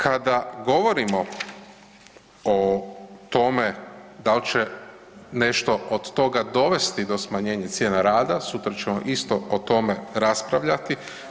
Kada govorimo o tome dal će nešto od toga dovesti do smanjenja cijena rada, sutra ćemo isto o tome raspravljati.